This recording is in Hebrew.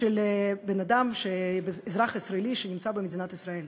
של בן-אדם, אזרח ישראלי שנמצא במדינת ישראל.